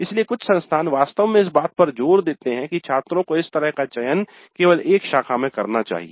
इसलिए कुछ संस्थान वास्तव में इस बात पर जोर देते हैं कि छात्रों को इस तरह का चयन केवल एक शाखा में करना चाहिए